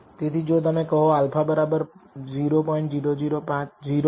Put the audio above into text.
તેથી જો તમે કહો α 0